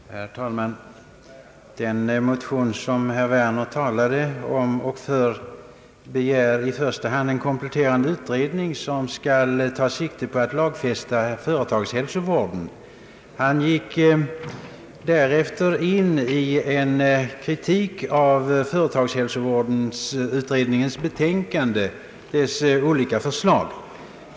Herr talman! Den motion som herr Werner talade om och för begär i första hand en kompletterande utredning som skall ta sikte på att lagfästa företagshälsovården. Herr Werner gick in i en kritik av företagshälsovårdsutredningens betänkande och dess olika förslag.